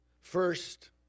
First